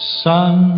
sun